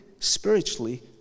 spiritually